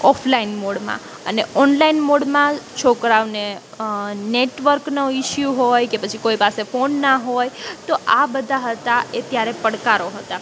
offline મોડમાં અને online મોડમાં છોકરાઓને નેટવર્કનો ઇશ્યુ હોય કે પછી કોઈ પાસે ફોન ન હોય તો આ બધા હતા એ ત્યારે પડકારો હતા